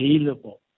available